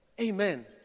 amen